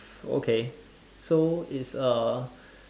okay so it's a